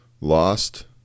lost